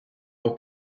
pour